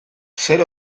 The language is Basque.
zer